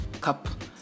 cup